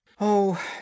Oh